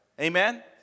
Amen